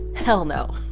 hell no.